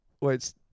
wait